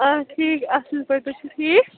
آ ٹھیٖک اَصٕل پٲٹھۍ تۄہہِ چھُو ٹھیٖک